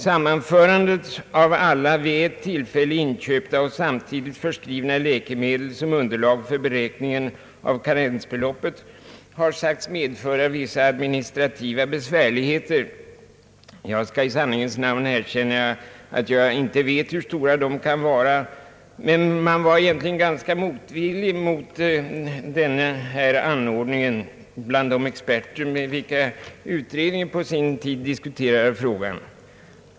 Sammanförandet av alla vid ett tillfälle samtidigt förskrivna läkemedel som underlag för beräkningen av karensbeloppet har sagts medföra vissa administrativa besvärligheter. Jag skall i sanningens namn erkänna att jag inte vet hur stora de kan vara, men experterna som utredningen på sin tid diskuterade frågan med var egentligen ganska motvilliga mot den här anordningen.